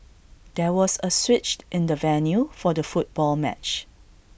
there was A switch in the venue for the football match